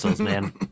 man